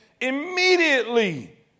immediately